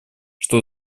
что